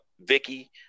Vicky